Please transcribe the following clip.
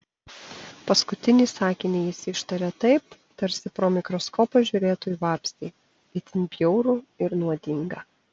paskutinį sakinį jis ištarė taip tarsi pro mikroskopą žiūrėtų į vabzdį itin bjaurų ir nuodingą